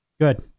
Good